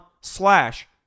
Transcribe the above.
slash